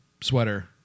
sweater